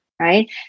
right